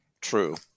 True